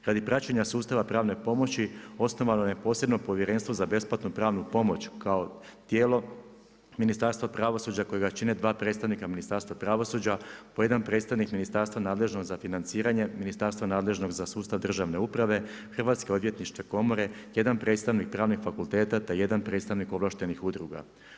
Radi praćenja sustava pravne pomoći osnovano je posebno Povjerenstvo za besplatnu pravnu pomoć kao tijelo Ministarstva pravosuđa kojega čine dva predstavnika Ministarstva pravosuđa, po jedan predstavnik ministarstva nadležnog za financiranje, ministarstva nadležnog za sustav državne uprave, Hrvatske odvjetničke komore, jedan predstavnik Pravnih fakulteta te jedan predstavnik ovlaštenih udruga.